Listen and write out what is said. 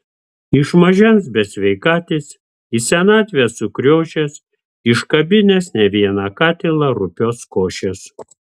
iš mažens besveikatis į senatvę sukriošęs iškabinęs ne vieną katilą rupios košės